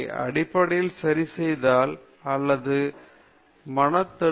அடிப்படையில் சரிசெய்தல் அல்லது மனத் தடுப்பு